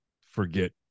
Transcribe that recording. forget